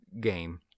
game